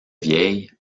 vieil